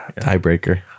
Tiebreaker